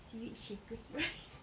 seaweed shaker fries